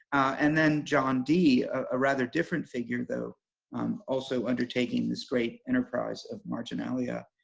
and then john dee a rather different figure though um also undertaking this great enterprise of marginalia.